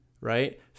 right